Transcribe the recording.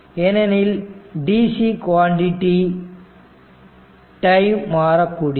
ஏனெனில் dc quantity time மாறக்கூடியது